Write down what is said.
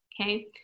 okay